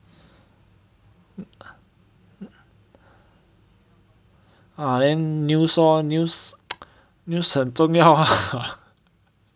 ah then news lor news news 很重要 ah